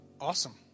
awesome